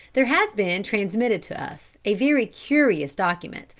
there has been transmitted to us a very curious document,